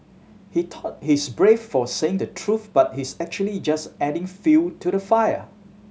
he thought he's brave for saying the truth but he's actually just adding fuel to the fire